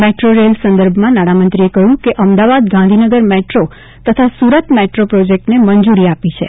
metro rail સંદર્ભમાં નાણામંત્રીએ કહ્યું કે અમદાવાદ ગાંધીનગર મેટ્રો તથા સુરત મેટ્રો પ્રોજેક્ટને મંજુરી આપી છે